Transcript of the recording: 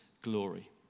glory